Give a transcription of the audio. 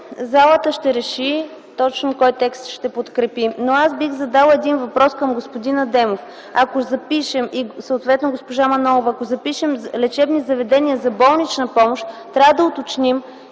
залата ще реши точно кой текст ще подкрепи, но аз бих задала един въпрос към господин Адемов и госпожа Манолова. Ако запишем „лечебно заведение за болнична помощ” трябва да уточним